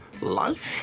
Life